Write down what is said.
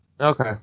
Okay